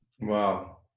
Wow